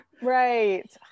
Right